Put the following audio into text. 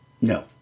No